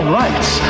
rights